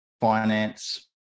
finance